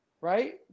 right